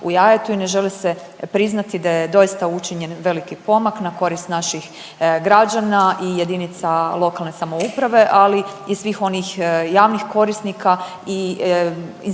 u jajetu i ne želi se priznati da je doista učinjen veliki pomak na korist naših građana i jedinica lokalne samouprave, ali i svih onih javnih korisnika i institucija